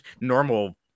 normal